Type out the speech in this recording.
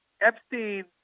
Epstein